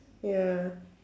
ya